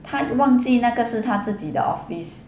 因为忘记那个她自己的 office